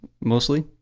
mostly